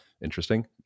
interesting